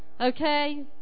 okay